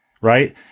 right